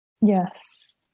Yes